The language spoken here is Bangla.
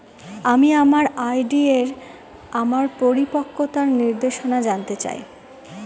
আমি আমার আর.ডি এর আমার পরিপক্কতার নির্দেশনা জানতে চাই